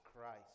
Christ